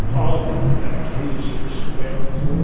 all of them in fact were used for surveillance.